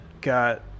got